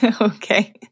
Okay